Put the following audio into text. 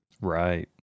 Right